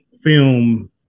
film